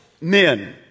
men